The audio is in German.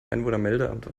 einwohnermeldeamt